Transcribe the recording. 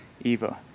Eva